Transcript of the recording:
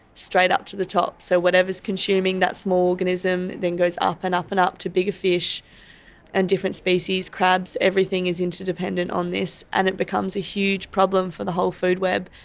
straight up to the top. so whatever is consuming that small organism then goes up and up and up to bigger fish and different species, crabs, everything is interdependent on this and it becomes a huge problem for the whole food web.